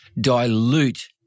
dilute